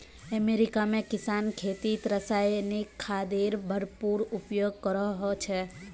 America में किसान खेतीत रासायनिक खादेर भरपूर उपयोग करो छे